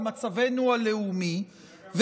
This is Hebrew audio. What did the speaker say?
על מצבנו הלאומי,